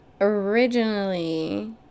originally